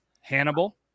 Hannibal